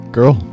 Girl